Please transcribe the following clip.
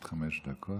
עד חמש דקות.